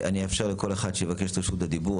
אני אאפשר לכל אחד שיבקש את רשות הדיבור,